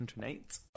108